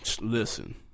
Listen